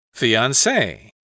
Fiance